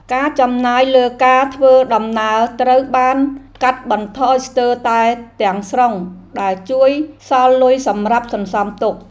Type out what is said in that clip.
ការចំណាយលើការធ្វើដំណើរត្រូវបានកាត់បន្ថយស្ទើរតែទាំងស្រុងដែលជួយសល់លុយសម្រាប់សន្សំទុក។